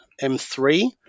M3